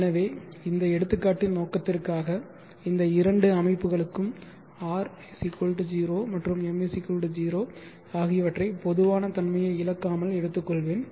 எனவே இந்த எடுத்துக்காட்டின் நோக்கத்திற்காக இந்த இரண்டு அமைப்புகளுக்கும் R 0 மற்றும் M 0 ஆகியவற்றை பொதுவான தன்மையை இழக்காமல் எடுத்துக்கொள்வேன்